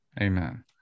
Amen